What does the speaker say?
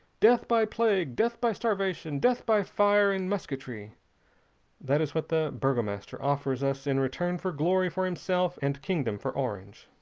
death by plague, death by starvation, death by fire and musketry that is what the burgomaster offers us in return for glory for himself and kingdom for orange.